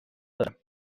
دارم